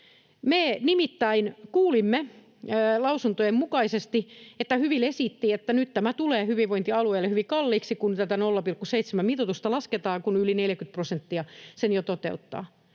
Me nimittäin kuulimme lausuntojen mukaisesti, että Hyvil esitti, että nyt tämä tulee hyvinvointialueille hyvin kalliiksi, että tätä 0,7-mitoitusta lasketaan, kun yli 40 prosenttia sen jo toteuttaa.